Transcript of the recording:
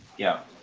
yeah.